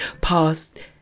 past